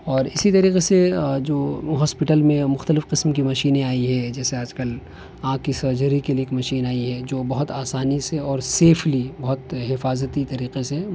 اور اسی طریقے سے جو ہاسپٹل میں مختلف قسم کی مشینیں آئی ہیں جیسے آج کل آنکھ کی سرجری کے لیے ایک مشین آئی ہے بہت آسانی سے اور سیفلی بہت حفاظتی طریقے سے